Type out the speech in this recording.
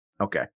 Okay